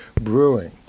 brewing